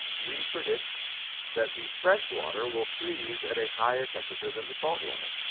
we predict that the fresh water will freeze at a higher temperature than the salt water.